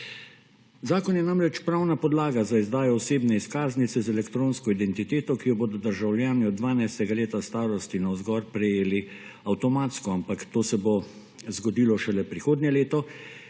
Zakon je namreč pravna podlaga za izdajo osebne izkaznice z elektronsko identiteto, ki jo bodo državljani od 12. leta starosti navzgor prejeli avtomatsko, ampak to se bo zgodilo šele prihodnje leto,